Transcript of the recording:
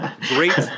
great